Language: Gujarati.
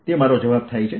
તે મારો જવાબ છે